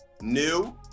New